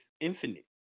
infinite